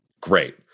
Great